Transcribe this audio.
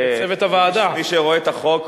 מי שרואה את החוק,